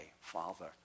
Father